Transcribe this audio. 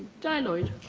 dai lloyd